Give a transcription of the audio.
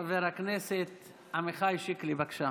חבר הכנסת עמיחי שיקלי, בבקשה.